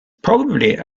probably